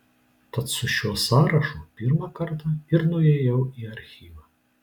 tad su šiuo sąrašu pirmą kartą ir nuėjau į archyvą